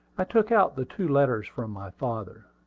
i took out the two letters from my father.